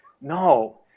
No